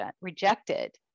rejected